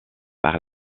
par